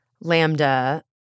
Lambda